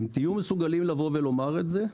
אם תהיו מסוגלים לבוא ולומר את זה,